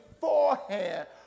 beforehand